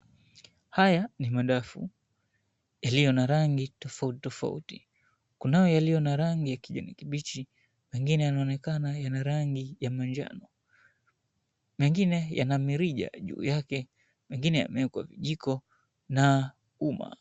Haya ni madafu iliyo na rangi tofauti tofauti. Kunayo yaliyo na rangi ya kijani kibichi. Mengine yanaonekana yana rangi ya manjano. Mengine yana mirija juu yake. Mengine yameekwa vijiko na uma.